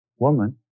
Woman